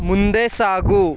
ಮುಂದೆ ಸಾಗು